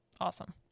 Awesome